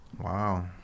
Wow